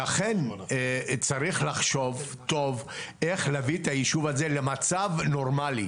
לכן צריך לחשוב טוב כיצד להביא את הישוב הזה למצב נורמלי,